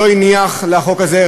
שלא הניח לחוק הזה,